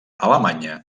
alemanya